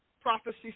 prophecy